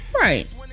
Right